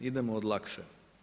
Idemo od lakše.